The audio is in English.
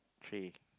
three